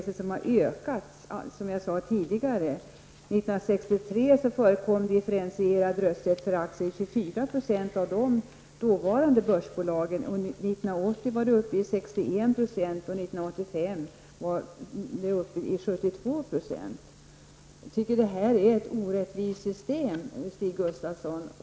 Som jag sade är detta en företeelse som har ökat. 61 %, och 1985 var det 72 %. Det här är ett orättvist system, Stig Gustafsson.